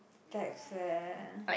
bags leh